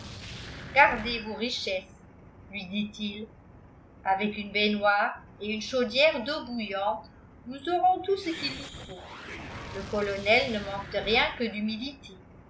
gardez vos richesses lui dit-il avec une baignoire et une chaudière d'eau bouillante nous aurons tout ce qu'il nous faut le colonel ne manque de rien que d'humidité